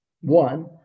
One